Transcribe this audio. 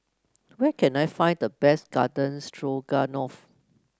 where can I find the best Garden Stroganoff